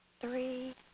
three